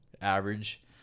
average